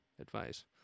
advice